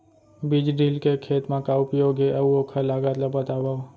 बीज ड्रिल के खेत मा का उपयोग हे, अऊ ओखर लागत ला बतावव?